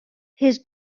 his